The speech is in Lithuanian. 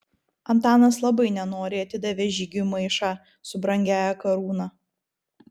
antanas labai nenoriai atidavė žygiui maišą su brangiąja karūna